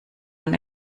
man